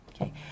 Okay